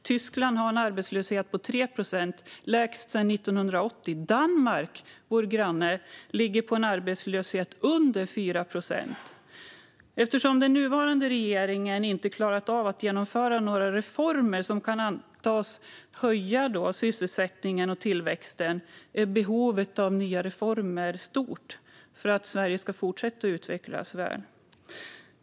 Tyskland har en arbetslöshet på 3 procent, lägst sedan 1980. Danmark, vår granne, ligger på en arbetslöshet under 4 procent. Eftersom den nuvarande regeringen inte har klarat av att genomföra några reformer som kan antas höja sysselsättningen och tillväxten är behovet av nya reformer stort för att Sverige ska fortsätta utvecklas väl.